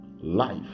life